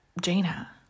Jaina